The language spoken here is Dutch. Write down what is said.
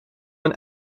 een